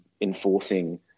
enforcing